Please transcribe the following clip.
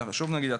אנחנו שוב נגיד,